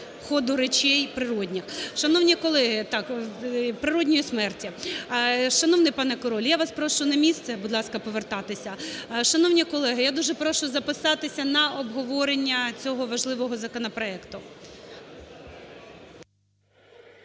ходу речей природньо. Шановні колеги… Так, природньою смертю. Шановний пане Король, я вас прошу на місце, будь ласка, повертатися. Шановні колеги, я дуже прошу записатися на обговорення цього важливого законопроекту.